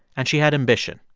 and she had ambition.